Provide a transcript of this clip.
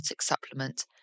supplement